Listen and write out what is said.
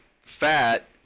fat